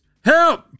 help